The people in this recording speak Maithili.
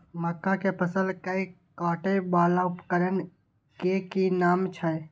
मक्का के फसल कै काटय वाला उपकरण के कि नाम छै?